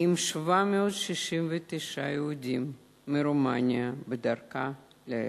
עם 769 יהודים מרומניה בדרכה לארץ-ישראל.